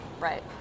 Right